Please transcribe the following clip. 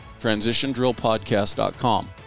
TransitionDrillPodcast.com